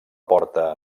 porta